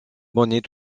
bonnets